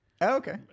Okay